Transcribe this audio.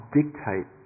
dictate